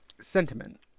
sentiment